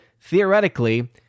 theoretically